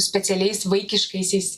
specialiais vaikiškaisiais